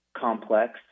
Complex